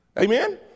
Amen